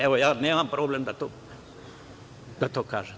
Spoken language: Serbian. Evo, ja nemam problem da to kažem.